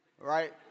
right